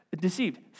deceived